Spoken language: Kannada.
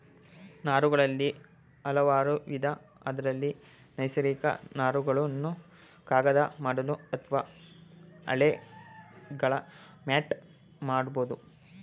ನಾರುಗಳಲ್ಲಿ ಹಲವಾರುವಿಧ ಅದ್ರಲ್ಲಿ ನೈಸರ್ಗಿಕ ನಾರುಗಳನ್ನು ಕಾಗದ ಮಾಡಲು ಅತ್ವ ಹಾಳೆಗಳ ಮ್ಯಾಟ್ ಮಾಡ್ಬೋದು